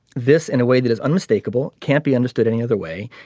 this in a way that is unmistakable can't be understood any other way.